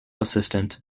assistant